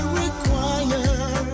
require